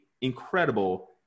incredible